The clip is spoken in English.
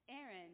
Aaron